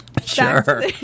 Sure